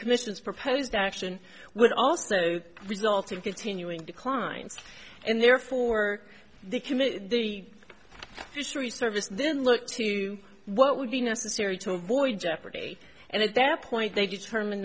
commission's proposed action would also result in continuing declines and therefore the committee the fisheries service then look to what would be necessary to avoid jeopardy and at that point they determine